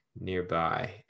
nearby